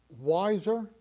wiser